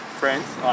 Friends